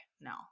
no